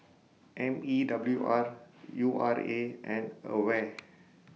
M E W R U R A and AWARE